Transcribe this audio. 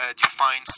defines